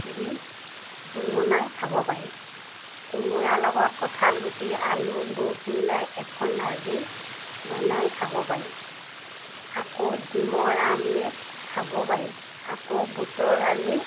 দি জোল বনাই খাব পাৰি কোমোৰা লগত কঁঠাল গুটি আলু বুট মিলাই এখন ভাজি বনাই খাব পাৰি আকৌ ডিমৰ আমলেট খাব পাৰি আকৌ বুটৰ ভাজি